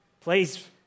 Please